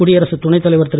குடியரசுத் துணை தலைவர் திரு